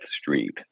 street